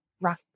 rock